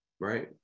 right